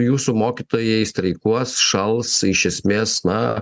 jūsų mokytojai streikuos šals iš esmės na